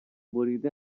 بریده